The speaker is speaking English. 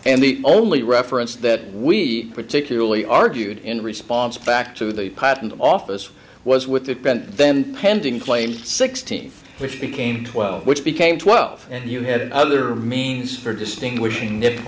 and the only reference that we particularly argued in response back to the patent office was with the bent then pending claim sixteen which became twelve which became twelve and you had other means for distinguishing nipp